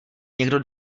někdo